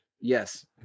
Yes